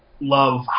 love